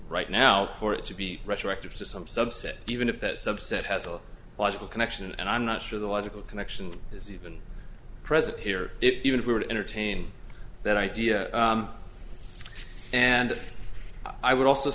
right now for it to be retroactive to some subset even if that subset has a logical connection and i'm not sure the logical connection is even present here if even if we were to entertain that idea and i would also